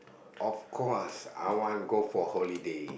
of course I want go for holiday